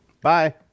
Bye